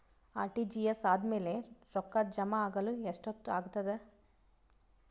RTGS ಆದ್ಮೇಲೆ ರೊಕ್ಕ ಜಮಾ ಆಗಲು ಎಷ್ಟೊತ್ ಆಗತದ?